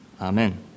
Amen